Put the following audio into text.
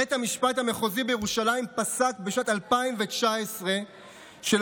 בית המשפט המחוזי בירושלים פסק בשנת 2019 שלפיגוע